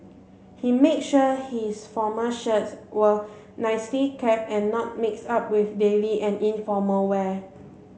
he made sure his formal shirts were nicely kept and not mixed up with daily and informal wear